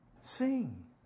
sing